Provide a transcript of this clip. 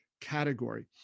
category